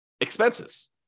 expenses